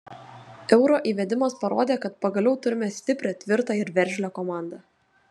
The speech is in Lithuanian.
euro įvedimas parodė kad pagaliau turime stiprią tvirtą ir veržlią komandą